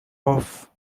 off